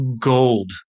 gold